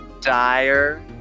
dire